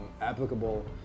applicable